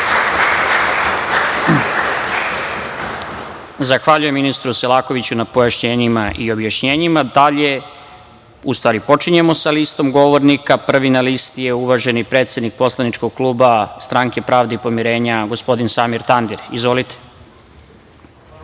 Zahvaljujem ministru Selakoviću na pojašnjenjima i objašnjenjima. Počinjemo sa listom govornika. Prvi na listi je uvaženi predsednik poslaničkog kluba Stranke pravde i pomirenja, gospodin Samir Tandir. Izvolite.